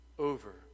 over